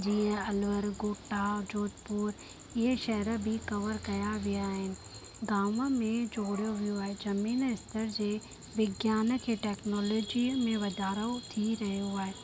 जीअं अलवर कोटा जोधपुर इअं शहर बि कवर कया विया आहिनि गांव में जोड़ियो वियो आहे ज़मीन स्थर जे विज्ञान खे टैक्नोलॉजीअ में वधारो थी रहियो आहे